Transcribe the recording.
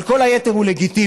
אבל כל היתר הוא לגיטימי,